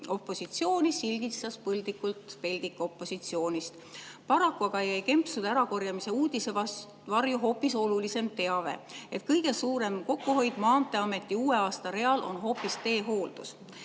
opositsiooni sildistas põlglikult peldikuopositsiooniks. Paraku aga jäi kempsude ärakorjamise uudise varju hoopis olulisem teave: kõige suurem kokkuhoid Maanteeameti uue aasta real on hoopis teehooldus.